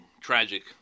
tragic